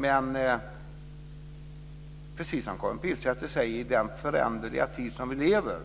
Men, precis som Karin Pilsäter säger, i den föränderliga tid som vi lever